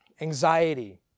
anxiety